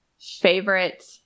favorite